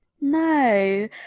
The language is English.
no